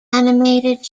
animated